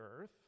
earth